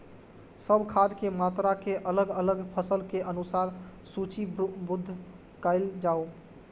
सब खाद के मात्रा के अलग अलग फसल के अनुसार सूचीबद्ध कायल जाओ?